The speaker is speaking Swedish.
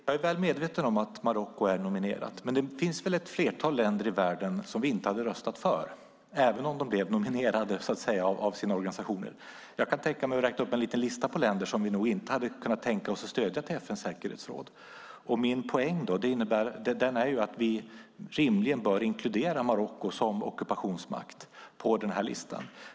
Fru talman! Jag är väl medveten om att Marocko är nominerat. Men det finns väl ett flertal länder i världen som vi inte hade röstat för, även om de blivit nominerade av sina organisationer. Jag kan räkna upp en lista på länder som vi inte kan tänka oss att stödja till FN:s säkerhetsråd. Min poäng är att vi rimligen bör inkludera Marocko som ockupationsmakt på listan.